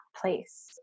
place